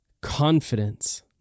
confidence